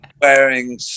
wearing